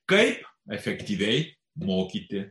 kaip efektyviai mokyti